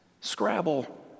Scrabble